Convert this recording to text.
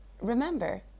Remember